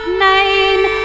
nine